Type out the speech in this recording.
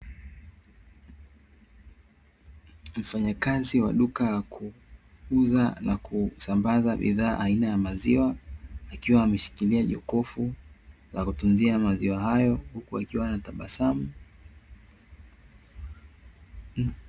Mfanyakazi wa duka la kuuza na kusambaza bidhaa aina ya maziwa, akiwa ameshikilia jokofu la kutunzia maziwa hayo huku akiwa anatabasamu.